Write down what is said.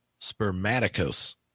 spermaticos